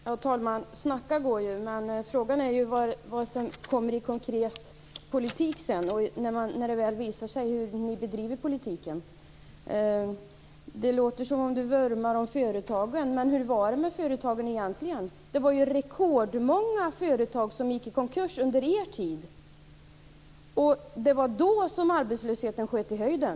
Herr talman! Snacka går ju. Men frågan är vad det blir i fråga om konkret politik när det väl visar sig hur ni bedriver politiken. Det låter som om Isa Halvarsson vurmar om företagen. Men hur var det med företagen egentligen? Det var rekordmånga företag som gick i konkurs under er tid. Det var då som arbetslösheten sköt i höjden.